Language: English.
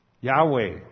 Yahweh